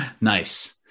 Nice